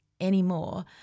anymore